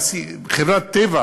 חברת "טבע"